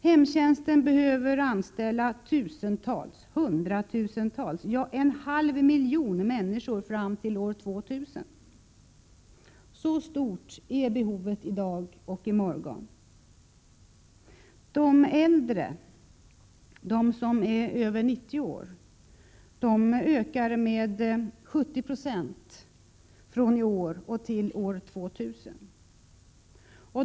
Hemtjänsten behöver anställa tusentals, hundratusentals — ja, en halv miljon människor fram till år 2000. Så stort är behovet i dag och i morgon. De äldre över 90 år ökar med 70 Yo från i år till år 2000.